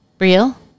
Real